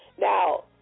Now